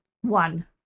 one